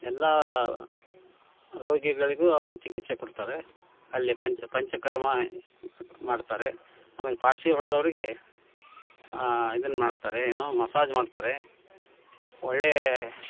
ಎಲ್ಲ ರೋಗಿಗಳಿಗೂ ಅವರು ಚಿಕಿತ್ಸೆ ಕೊಡ್ತಾರೆ ಅಲ್ಲಿ ಪಂಚಕರ್ಮ ಮಾಡ್ತಾರೆ ಆಮೇಲೆ ಪಾರ್ಸಿ ಹೊಡೆದವ್ರಿಗೆ ಇದನ್ನು ಮಾಡ್ತಾರೆ ಏನು ಮಸಾಜ್ ಮಾಡ್ತಾರೆ ಒಳ್ಳೆಯ